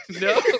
no